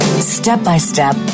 Step-by-step